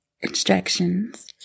instructions